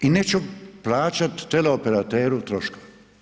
I neću plaćati teleoperateru troškove.